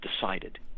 decided